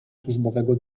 służbowego